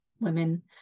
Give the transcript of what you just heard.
women